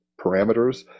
parameters